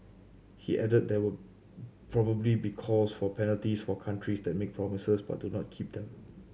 he added there will probably be calls for penalties for countries that make promises but do not keep them